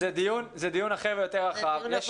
זה דיון אחר, רחב יותר.